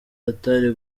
atari